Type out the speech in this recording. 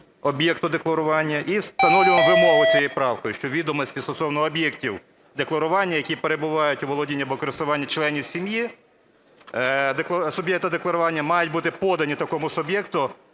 об'єкту декларування, і встановлюємо вимогу цією правкою, що відомості стосовно об'єктів декларування, які перебувають у володінні або користуванні членів сім'ї суб'єкта декларування, мають бути подані такому суб'єкту